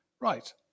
Right